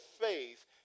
faith